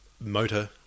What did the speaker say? motor